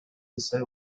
исаев